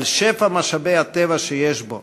על שפע משאבי הטבע שיש בו: